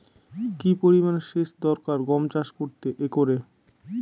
কি পরিমান সেচ দরকার গম চাষ করতে একরে?